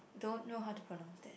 don't know how to pronounce that